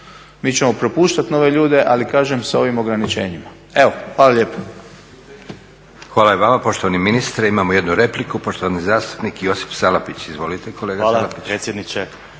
Mi ćemo propuštati nove ljude ali kažem s ovim ograničenjima. Hvala lijepo.